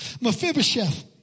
Mephibosheth